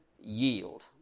yield